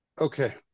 okay